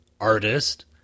artist